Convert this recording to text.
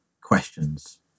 questions